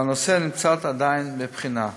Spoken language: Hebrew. והנושא נמצא עדיין בבחינה.